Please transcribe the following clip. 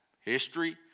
history